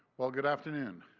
well, good afternoon.